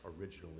originally